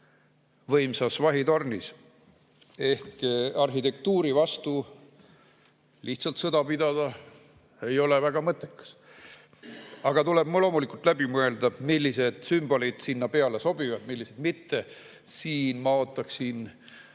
võimsas vahitornis. Arhitektuuri vastu lihtsalt sõda pidada ei ole väga mõttekas. Aga tuleb loomulikult läbi mõelda, millised sümbolid sinna sobivad ja millised mitte. Siin ma ootaksin